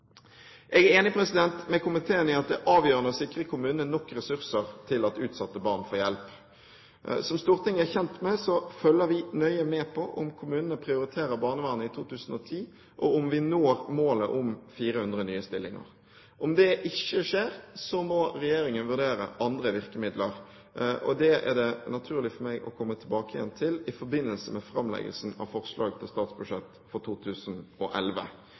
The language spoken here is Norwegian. Jeg er enig med komiteen i at det er avgjørende å sikre kommunene nok ressurser slik at utsatte barn får hjelp. Som Stortinget er kjent med, følger vi nøye med på om kommunene prioriterer barnevernet i 2010, og om vi når målet om 400 nye stillinger. Om det ikke skjer, må regjeringen vurdere andre virkemidler. Det er det naturlig for meg å komme tilbake til i forbindelse med framleggelsen av forslag til statsbudsjett for 2011.